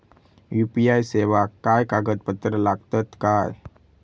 UPI सेवाक काय कागदपत्र लागतत काय?